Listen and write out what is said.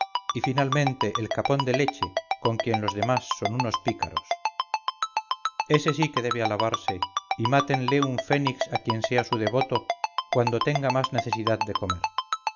y finalmente el capón de leche con quien los demás son unos pícaros este sí que debe alabarse y mátenle un fénix a quien sea su devoto cuando tenga más necesidad de comer